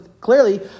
clearly